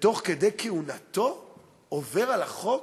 ותוך כדי כהונתו עובר על החוק.